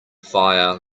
fire